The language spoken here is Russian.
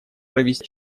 провести